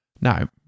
Now